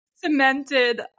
cemented